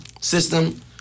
system